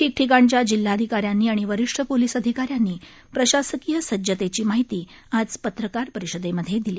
ठिकठिकाणच्या जिल्हाधिका यांनी आणि वरिष्ठ पोलिस अधिका यांनी प्रशासकीय सज्जतेची माहिती आज पत्रकार परिषदेमधे दिली